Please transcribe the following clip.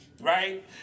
right